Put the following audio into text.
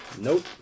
Nope